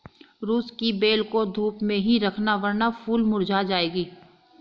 सरू की बेल को धूप में ही रखना वरना फूल मुरझा जाएगी